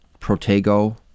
Protego